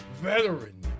veteran